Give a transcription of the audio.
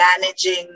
managing